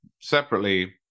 separately